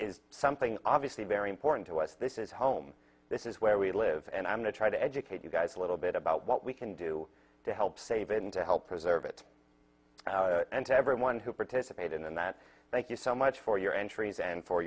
is something obviously very important to us this is home this is where we live and i'm to try to educate you guys a little bit about what we can do to help save it and to help preserve it and to everyone who participated in that thank you so much for your entries and for